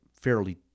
fairly